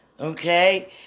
Okay